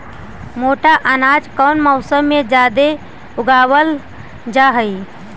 मोटा अनाज कौन मौसम में जादे उगावल जा हई?